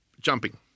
jumping